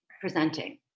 presenting